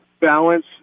balance